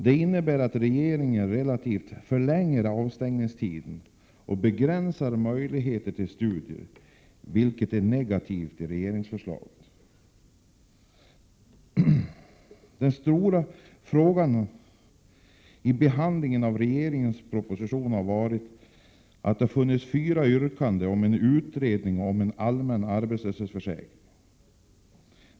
Det innebär att regeringen relativt sett förlänger avstängningstiderna och begränsar möjligheterna till studier, vilket är det negativa i regeringsförslaget. Den stora frågan vid behandlingen av regeringens proposition har varit att det funnits fyra yrkanden om en utredning om en allmän arbetslöshetsförsäkring.